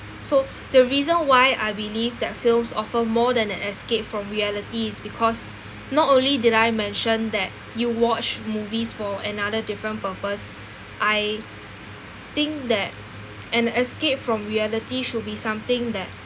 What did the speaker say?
so the reason why I believe that films offer more than an escape from reality is because not only did I mention that you watch movies for another different purpose I think that an escape from reality should be something that